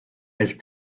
els